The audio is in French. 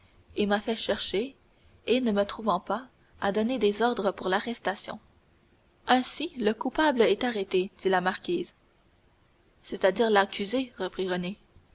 ci m'a fait chercher et ne me trouvant pas a donné des ordres pour l'arrestation ainsi le coupable est arrêté dit la marquise c'est-à-dire l'accusé reprit